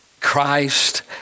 Christ